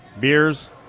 Beers